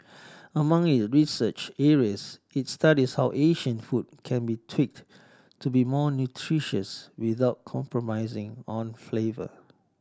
among it research areas it studies how Asian food can be tweaked to be more nutritious without compromising on flavour